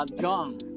John